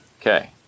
okay